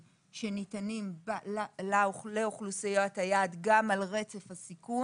שניתנים לאוכלוסיית היעד גם על רצף הסיכון.